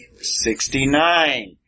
Sixty-nine